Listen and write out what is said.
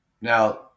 Now